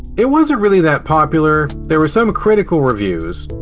it wasn't really that popular, there were some critical reviews.